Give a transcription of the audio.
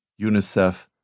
UNICEF